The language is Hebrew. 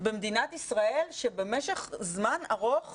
במדינת ישראל שבמשך זמן ארוך